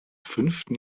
fünften